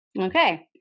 Okay